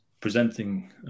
presenting